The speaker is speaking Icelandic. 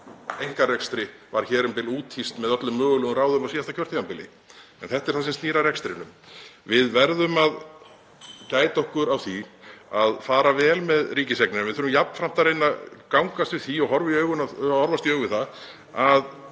Þetta er það sem snýr að rekstrinum. Við verðum að gæta þess að fara vel með ríkiseignir en við þurfum jafnframt að reyna að gangast við því og horfast í augu við